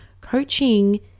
coaching